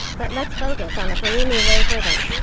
but let's focus on the kurumi way further.